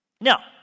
Now